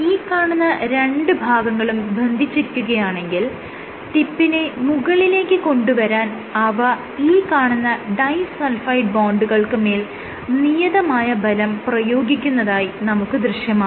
ഈ കാണുന്ന രണ്ട് ഭാഗങ്ങളും ബന്ധിച്ചിരിക്കുകയാണെങ്കിൽ ടിപ്പിനെ മുകളിലേക്ക് കൊണ്ടുവരുമ്പോൾ അവ ഈ കാണുന്ന ഡൈ സൾഫൈഡ് ബോണ്ടുകൾക്ക് മേൽ നിയതമായ ബലം പ്രയോഗിക്കുന്നതായി നമുക്ക് ദൃശ്യമാകുന്നു